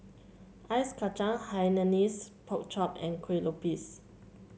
Ice Kachang Hainanese Pork Chop and Kueh Lopes